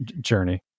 journey